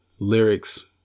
lyrics